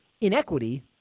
inequity